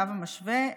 קו משווה,